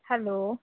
hello